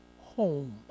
home